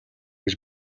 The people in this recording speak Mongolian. гэж